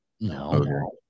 No